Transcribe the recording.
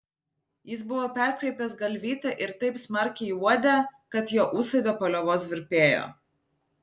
jis buvo perkreipęs galvytę ir taip smarkiai uodė kad jo ūsai be paliovos virpėjo